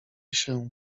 się